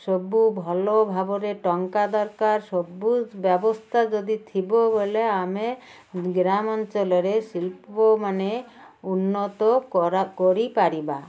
ସବୁ ଭଲ ଭାବରେ ଟଙ୍କା ଦରକାର ସବୁ ବ୍ୟବସ୍ଥା ଯଦି ଥିବ ବଲେ ଆମେ ଗ୍ରାମାଞ୍ଚଳରେ ଶିଳ୍ପମାନେ ଉନ୍ନତ କର କରିପାରିବା